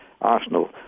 Arsenal